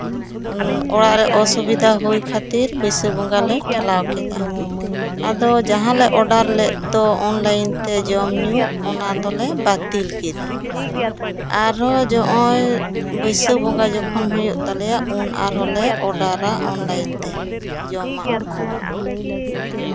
ᱚᱲᱟᱜ ᱨᱮ ᱚᱥᱩᱵᱤᱫᱷᱟ ᱦᱩᱭ ᱠᱷᱟᱹᱛᱤᱨ ᱵᱟᱹᱭᱥᱟᱹᱠᱷ ᱵᱚᱸᱜᱟᱞᱮ ᱴᱷᱮᱞᱟᱣ ᱠᱮᱫᱟ ᱟᱫᱚ ᱡᱟᱦᱟᱸ ᱞᱮ ᱚᱰᱟᱨ ᱞᱮᱫ ᱫᱚ ᱚᱱᱞᱟᱭᱤᱱ ᱛᱮ ᱡᱚᱢ ᱧᱩ ᱚᱱᱟ ᱫᱚᱞᱮ ᱵᱟᱹᱛᱤᱞ ᱠᱮᱫᱟ ᱟᱨᱚ ᱱᱚᱜᱼᱚᱭ ᱵᱟᱹᱭᱥᱟᱹᱠᱷ ᱵᱚᱸᱜᱟ ᱡᱚᱠᱷᱚᱱ ᱦᱩᱭᱩᱜ ᱛᱟᱞᱮᱭᱟ ᱩᱱ ᱟᱨᱦᱚᱸ ᱞᱮ ᱚᱰᱟᱨᱼᱟ ᱚᱱᱞᱟᱭᱤᱱ ᱛᱮ ᱡᱚᱢᱟᱜ ᱠᱚ